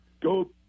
go